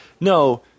no